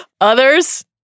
others